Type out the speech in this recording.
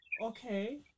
Okay